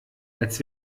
als